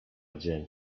dzień